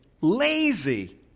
lazy